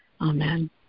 Amen